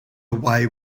away